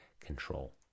Control